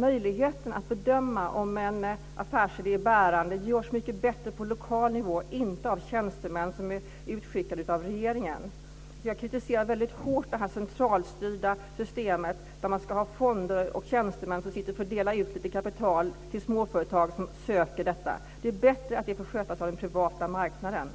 Möjligheten att bedöma om en affärsidé är bärande görs mycket bättre på lokal nivå - inte av tjänstemän som är utskickade av regeringen. Jag kritiserar hårt det här centralstyrda systemet där man ska ha fonder och tjänstemän som fördelar ut lite kapital till småföretag som söker detta. Det är bättre att det får skötas av den privata marknaden.